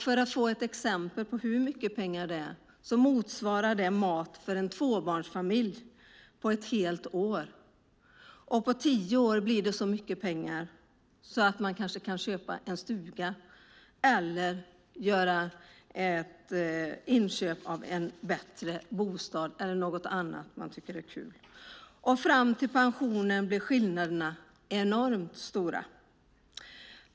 Som exempel på hur mycket det är kan sägas att det motsvarar mat för en tvåbarnsfamilj under ett helt år. På tio år blir det så mycket pengar att man kanske kan köpa en stuga eller en bättre bostad. Fram till pensionen blir skillnaderna enorma.